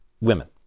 women